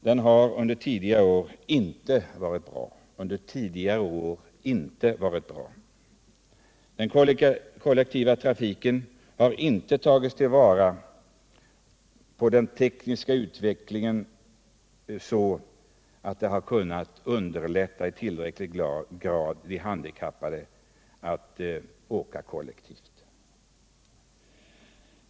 Denna har under tidigare år inte varit bra. Kollektivtrafiken har inte tagit till vara den tekniska utvecklingen för att i tillräcklig grad underlätta för de handikappade att åka kollektivt.